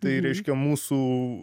tai reiškia mūsų